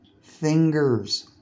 fingers